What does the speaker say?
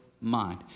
mind